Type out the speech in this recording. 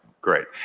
Great